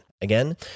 Again